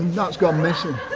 that's gone missing.